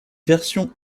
version